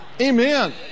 Amen